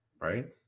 right